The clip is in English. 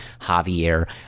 Javier